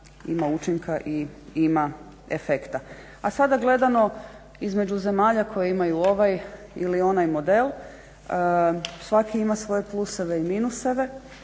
ima učinka i ima efekta. A sada gledano između zemalja koje imaju ovaj ili onaj model, svaki ima svoje pluseve i minuse.